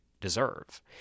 deserve